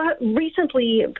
recently